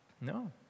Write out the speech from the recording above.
No